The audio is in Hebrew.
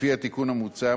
לפי התיקון המוצע,